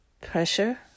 pressure